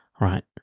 right